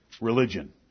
religion